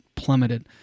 Plummeted